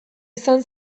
izan